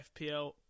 FPL